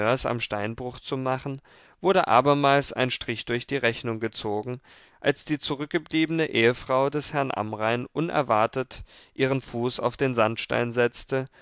am steinbruch zu machen wurde abermals ein strich durch die rechnung gezogen als die zurückgebliebene ehefrau des herrn amrain unerwartet ihren fuß auf den sandstein setzte